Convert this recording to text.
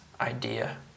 idea